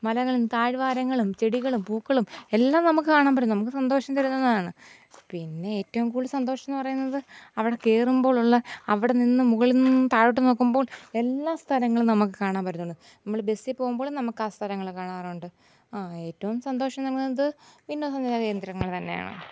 മലകളും താഴ്വാരങ്ങളും ചെടികളും പൂക്കളും എല്ലാം നമുക്ക് കാണാൻ പറ്റും നമുക്ക് സന്തോഷം തരുന്നതാണ് പിന്നെ ഏറ്റവും കൂടുതൽ സന്തോഷമെന്നു പറയുന്നത് അവിടെ കയറുമ്പോഴുള്ള അവിടെ നി നിന്നും മുകളിൽ നിന്നും താഴോട്ടു നോക്കുമ്പോൾ എല്ലാ സ്ഥലങ്ങളും നമുക്ക് കാണാൻ പറ്റുന്നുണ്ട് നമ്മൾ ബസ്സിൽ പോകുമ്പോഴും നമുക്കാ സ്ഥലങ്ങൾ കാണാറുണ്ട് ആ ഏറ്റവും സന്തോഷം നിറഞ്ഞത് വിനോദ സഞ്ചാര കേന്ദ്രങ്ങൾ തന്നെയാണ്